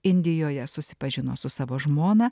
indijoje susipažino su savo žmona